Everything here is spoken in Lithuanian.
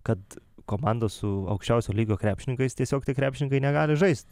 kad komanda su aukščiausio lygio krepšininkais tiesiog tie krepšininkai negali žaist